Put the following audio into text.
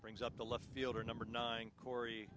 brings up the left fielder number nine cory